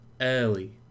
early